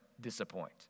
disappoint